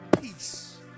Peace